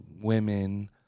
women